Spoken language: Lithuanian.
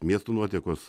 miestų nuotekos